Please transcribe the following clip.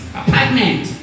apartment